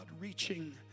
reaching